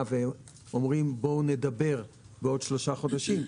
ואומרים: בואו נדבר בעוד שלושה חודשים,